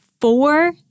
four